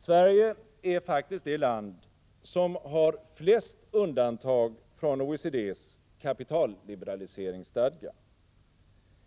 Sverige är faktiskt det land som har flest undantag från OECD:s kapitalliberaliseringsstadga.